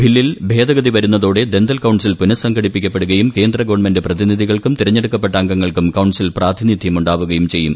ബില്ലിൽ ഭേദഗതി വരുന്നതോടെ ദന്തൽ കൌൺസിൽ പുനഃസംഘടിപ്പിക്കപ്പെടുകയും കേന്ദ്ര ഗവണ്മെന്റ് പ്രതിനിധികൾക്കും തിരഞ്ഞെടുക്കപ്പെട്ട അംഗങ്ങൾക്കും കൌൺസിൽ പ്രാതിനിധ്യം ഉണ്ടാവുകയും ചെയ്യും